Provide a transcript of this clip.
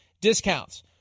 discounts